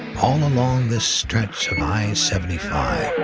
um along this stretch of i seventy five.